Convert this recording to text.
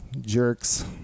jerks